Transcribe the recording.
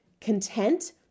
content